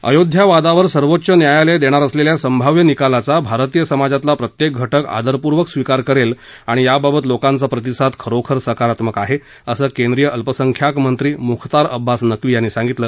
अयोध्या वादावर सर्वोच्च न्यायालय देणार असलेल्या संभाव्य निकालाचा भारतीय समाजातला प्रत्येक घटक आदरपूर्वक स्वीकार करेल आणि याबाबत लोकांचा प्रतिसाद खरोखर सकारात्मक आहे असं केंद्रीय अल्पसंख्याक मंत्री मुख्तार अब्बास नक्वी यांनी सांगितलं